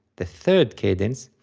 the third cadence,